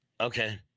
Okay